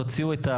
תוציאו,